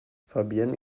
fabienne